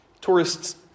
Tourists